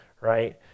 right